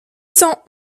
cent